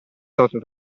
stato